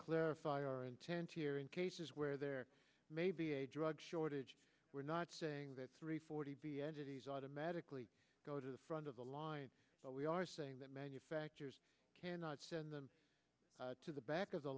clarify our intent here in cases where there may be a drug shortage we're not saying that three forty to magically go to the front of the line but we are saying that manufacturers cannot send them to the back of the